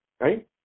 right